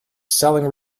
selling